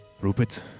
Rupert